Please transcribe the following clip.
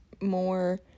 more